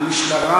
המשטרה